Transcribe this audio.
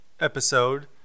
episode